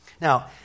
Now